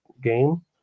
game